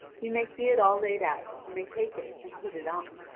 he may see it all laid out, and may take it and put it on.